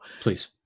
Please